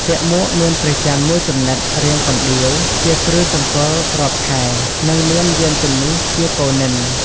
ពាក់មួកមានព្រះចន្រ្ទមួយចំណិតរាងកណ្តៀវ ជាគ្រឿងសម្គាល់រាប់ខែ និងមានយានជំនិះ ជាគោនន្ទិ។។